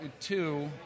Two